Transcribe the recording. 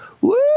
Woo